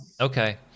Okay